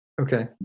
okay